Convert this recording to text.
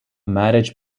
marriage